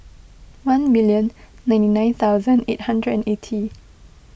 one million ninety nine thousand eight hundred and eighty